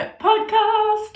podcast